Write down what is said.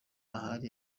ahari